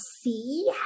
see